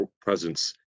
presence